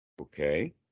Okay